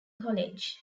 college